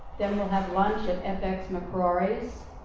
then we'll have lunch at fx mcrory's.